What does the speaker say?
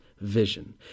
vision